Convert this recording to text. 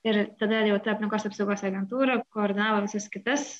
ir tada jau ta aplinkos apsaugos agentūra koordinavo visas kitas